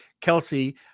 Kelsey